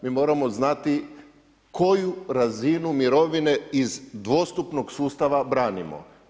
Mi moramo znati koju razinu mirovine iz dvostupnog sustava branimo.